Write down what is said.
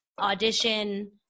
audition